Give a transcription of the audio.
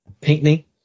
Pinkney